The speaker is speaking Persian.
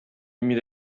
میره